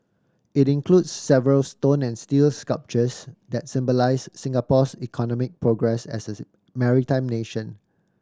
it includes several stone and steel sculptures that symbolise Singapore's economic progress as a maritime nation